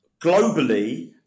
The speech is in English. globally